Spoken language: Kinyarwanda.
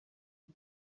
y’u